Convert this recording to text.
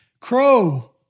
Crow